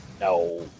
No